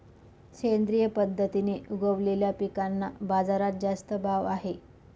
सेंद्रिय पद्धतीने उगवलेल्या पिकांना बाजारात जास्त भाव आहे